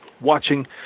watching